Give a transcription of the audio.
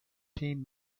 team